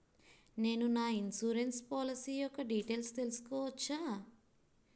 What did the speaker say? నేను నా insurance policy యెక్క డీటైల్స్ తెల్సుకోవచ్చా?